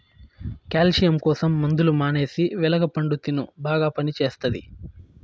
calcium కోసం మందులు మానేసి వెలగ పండు తిను బాగా పనిచేస్తది